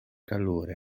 calore